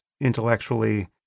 intellectually